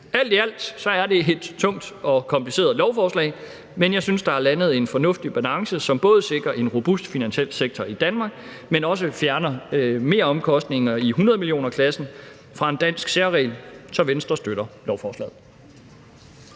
Alt i alt er det et tungt og kompliceret lovforslag, men jeg synes, at der er landet en fornuftig balance, som både sikrer en robust finansiel sektor i Danmark, men som også fjerner meromkostninger i hundredmillionerkronersklassen i forhold til en dansk særregel. Så Venstre støtter lovforslaget.